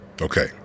Okay